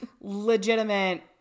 legitimate